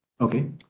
Okay